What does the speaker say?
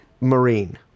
Marine